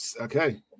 Okay